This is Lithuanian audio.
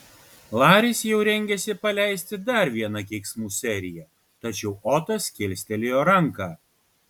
laris jau rengėsi paleisti dar vieną keiksmų seriją tačiau otas kilstelėjo ranką